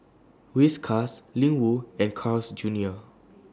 Whiskas Ling Wu and Carl's Junior